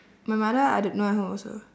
my mother I don't not at home also